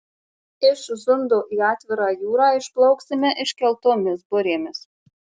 iš zundo į atvirą jūrą išplauksime iškeltomis burėmis